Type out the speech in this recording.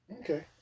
Okay